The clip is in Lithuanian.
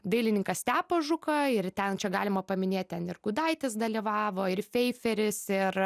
dailininką stepą žuką ir ten čia galima paminėt ten ir gudaitis dalyvavo ir feiferis ir